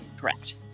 Correct